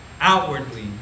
outwardly